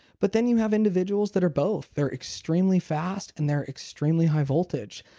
but then you have individuals that are both. they're extremely fast and they're extremely high voltage.